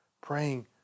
Praying